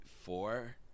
Four